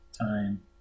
time